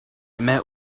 met